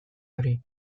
hori